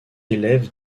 élève